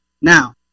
Now